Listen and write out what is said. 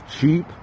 cheap